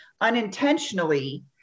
unintentionally